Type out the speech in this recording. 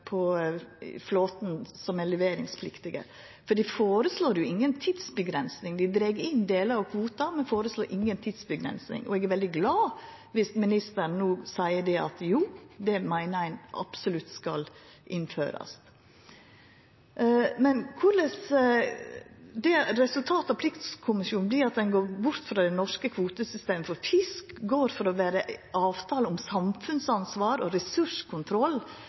leveringspliktige flåten, for ein føreslår jo inga tidsavgrensing – ein dreg inn delar av kvoten, men føreslår inga tidsavgrensing. Eg er veldig glad om ministeren no seier at ein meiner det absolutt skal innførast. Viss resultatet av pliktkommisjonen vert at ein går bort frå det norske kvotesystemet for fisk – frå å vera ei avtale om samfunnsansvar og ressurskontroll